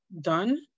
done